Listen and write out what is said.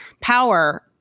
power